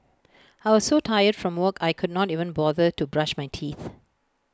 I was so tired from work I could not even bother to brush my teeth